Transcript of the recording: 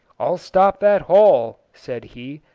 i'll stop that hole, said he,